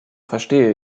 verstehe